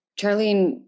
Charlene